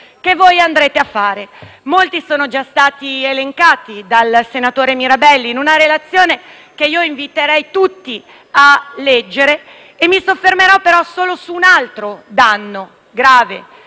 che voi andrete a fare. Molti sono già stati elencati dal senatore Mirabelli, in una relazione che io inviterei tutti a leggere. Io mi soffermerò, però, solo su un altro danno, grave,